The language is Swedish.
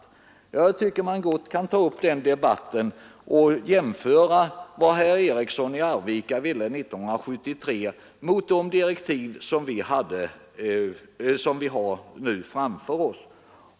Ja, jag tycker gott att vi kan ta upp den debatten och se efter vad herr Eriksson ville 1973 samt jämföra det med de direktiv som vi nu har framför oss.